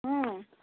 हूँ